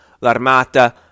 L'Armata